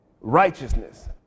righteousness